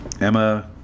Emma